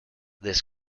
this